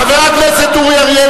חבר הכנסת אורי אריאל,